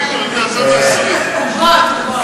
כן.